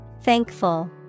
Thankful